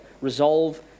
Resolve